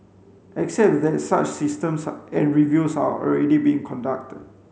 except that such systems are and reviews are already being conducted